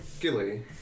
Gilly